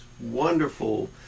wonderful